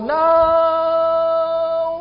now